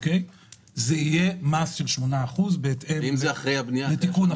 זה יהיה מס של 8% בהתאם לתיקון החוק.